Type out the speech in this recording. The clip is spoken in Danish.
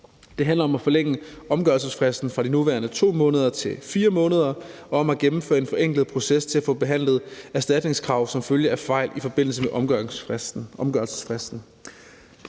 Det handler om at forlænge omgørelsesfristen fra de nuværende 2 måneder til 4 måneder og om at gennemføre en forenklet proces til at få behandlet erstatningskrav som følge af fejl i forbindelse med omgørelsesfristen.